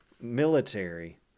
military